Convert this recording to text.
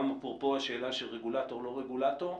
גם אפרופו השאלה של הרגולטור, לא רגולטור,